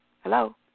Hello